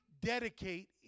dedicate